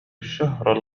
الشهر